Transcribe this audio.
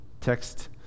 text